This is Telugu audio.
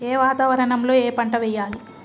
ఏ వాతావరణం లో ఏ పంట వెయ్యాలి?